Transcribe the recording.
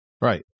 right